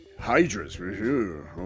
Hydras